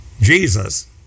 Jesus